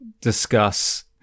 discuss